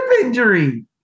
injury